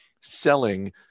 selling